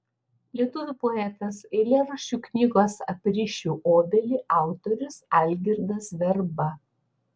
lietuvių poetas eilėraščių knygos aprišiu obelį autorius algirdas verba